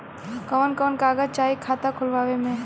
कवन कवन कागज चाही खाता खोलवावे मै?